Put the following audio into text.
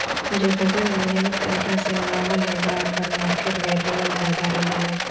जे फसल ऑर्गेनिक तरीका से उगावल जा हइ ओकर मार्केट वैल्यूआ ज्यादा रहो हइ